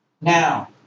Now